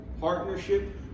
partnership